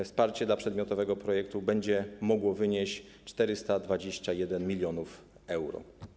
Wsparcie dla przedmiotowego projektu będzie mogło wynieść 421 mln euro.